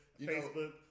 Facebook